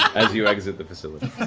as you exit the facility.